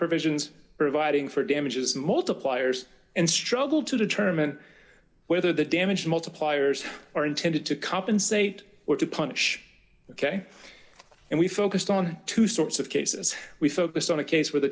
provisions providing for damages multipliers and struggle to determine whether the damage multipliers are intended to compensate or to punish ok and we focused on two sorts of cases we focused on a case where the